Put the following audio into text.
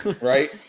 Right